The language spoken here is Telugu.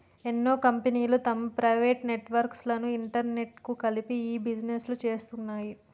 ఎన్నో కంపెనీలు తమ ప్రైవేట్ నెట్వర్క్ లను ఇంటర్నెట్కు కలిపి ఇ బిజినెస్ను చేస్తున్నాయి